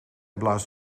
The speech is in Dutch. blaast